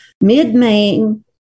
Mid-Maine